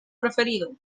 preferido